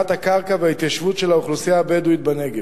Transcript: הקרקע וההתיישבות של האוכלוסייה הבדואית בנגב.